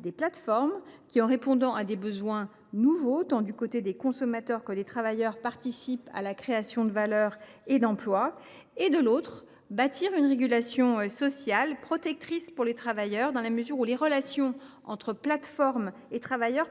des plateformes qui, en répondant à des besoins nouveaux, du côté tant des consommateurs que des travailleurs, participent à la création de valeur et d’emplois ; de l’autre, il importe de bâtir une régulation sociale protectrice pour les travailleurs, dans la mesure où leurs relations avec les plateformes